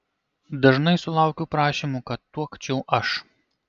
dažnai sulaukiu prašymų kad tuokčiau aš